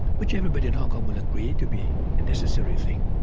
which everybody in hong kong will agree to be a necessary thing,